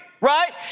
right